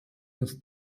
das